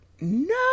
no